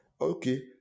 Okay